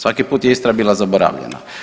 Svaki put je Istra bila zaboravljena.